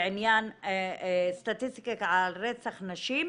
בעניין סטטיסטיקה על רצח נשים,